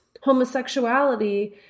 homosexuality